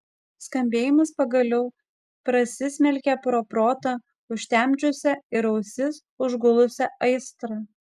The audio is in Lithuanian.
skambėjimas pagaliau prasismelkė pro protą užtemdžiusią ir ausis užgulusią aistrą